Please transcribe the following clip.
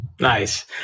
Nice